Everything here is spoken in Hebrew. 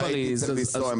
צריך לנסוע,